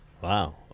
Wow